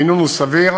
המינון הוא סביר.